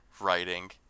writing